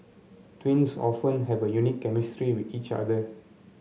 twins often have a unique chemistry with each other